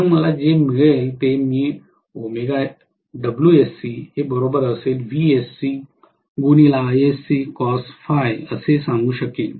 म्हणून मला जे मिळेल ते मी असे सांगू शकेन